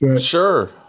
Sure